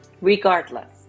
regardless